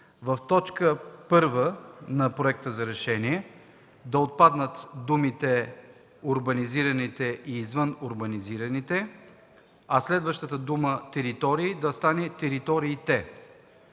в т. 1 на проекта на решение да отпаднат думите „урбанизираните и извънурбанизираните”, а следващата дума – „територии”, да стане „териториите”.